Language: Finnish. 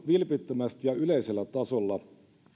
vilpittömästi ja yleisellä tasolla